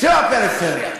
זו הפריפריה.